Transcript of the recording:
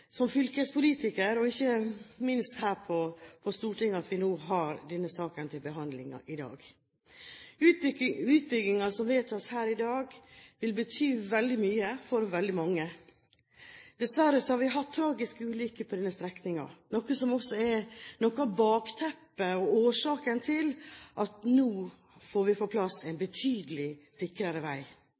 og ikke minst her på Stortinget at vi har denne saken til behandling i dag. Utbyggingen som vedtas her i dag, vil bety veldig mye for mange. Dessverre har vi hatt tragiske ulykker på denne strekningen, noe som også er noe av bakteppet og årsaken til at vi nå får på plass en betydelig sikrere vei.